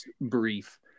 brief